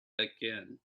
again